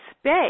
space